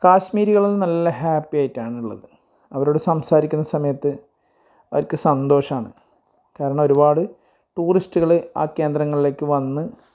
കാശ്മീരികൾ നല്ല ഹാപ്പി ആയിട്ടാണ് ഉള്ളത് അവരോട് സംസാരിക്കുന്ന സമയത്ത് അവർക്ക് സന്തോഷമാണ് കാരണം ഒരുപാട് ടൂറിസ്റ്റുകൾ ആ കേന്ദ്രങ്ങളിലേക്ക് വന്ന്